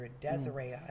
Desiree